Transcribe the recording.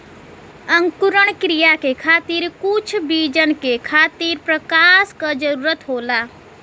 अंकुरण क्रिया के खातिर कुछ बीजन के खातिर प्रकाश क जरूरत होला